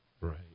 right